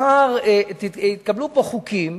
מחר יתקבלו פה חוקים